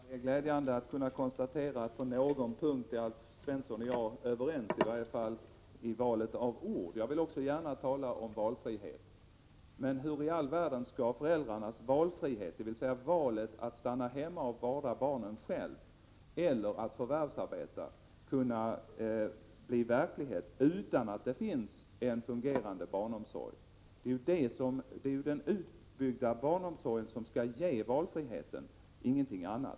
Herr talman! Det är glädjande att Alf Svensson och jag är överens på åtminstone en punkt, och det är i valet av ord. Jag vill också gärna tala om valfrihet. Men hur i all världen skall föräldrarnas valfrihet, dvs. valet mellan att stanna hemma och vårda barnen själv eller att förvärvsarbeta, kunna bli verklighet utan att det finns en fungerande barnomsorg? Det är ju den utbyggda barnomsorgen som skall ge valfrihet, ingenting annat.